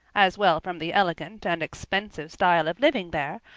as well from the elegant and expensive style of living there,